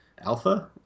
alpha